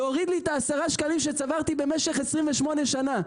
להוריד לי את 10 השקלים שצברתי במשך 28 שנים?